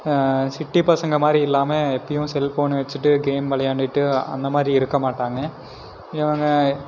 city பசங்கமாதிரி இல்லாமல் எப்போயும் செல்ஃபோனை வச்சிட்டு கேம் விளையாண்டுட்டு அந்த மாரி இருக்க மாட்டாங்க இவங்க